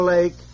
Lake